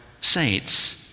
saints